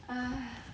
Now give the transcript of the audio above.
哎